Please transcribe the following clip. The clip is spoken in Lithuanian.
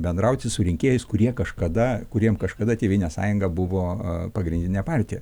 bendrauti su rinkėjais kurie kažkada kuriem kažkada tėvynės sąjunga buvo pagrindinė partija